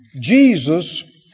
Jesus